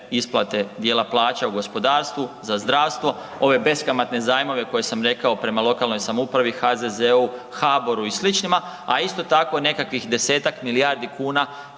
isplate dijela plaća u gospodarstvu, za zdravstvo, ove beskamatne zajmove koje sam rekao prema lokalnoj samoupravi, HZZO-u, HBOR-u i sličnima, a isto tako, nekakvih 10-tak milijardi kuna